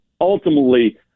ultimately